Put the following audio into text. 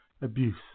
abuse